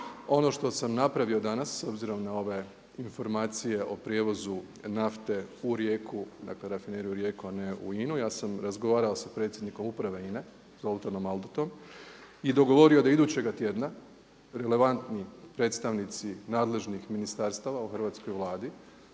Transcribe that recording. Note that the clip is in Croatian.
Ono što sam napravio danas s obzirom na ove informacije o prijevozu nafte u Rijeku, dakle rafineriju Rijeku a ne u INA-u, ja sam razgovarao sa predsjednikom uprave INA-e Zoltanom Aldottom i dogovorio da idućega tjedna relevantni predstavnici nadležnih ministarstava u hrvatskoj Vladi